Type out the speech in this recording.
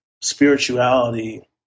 spirituality